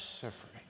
suffering